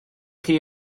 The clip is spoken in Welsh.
chi